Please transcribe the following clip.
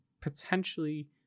potentially